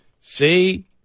See